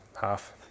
half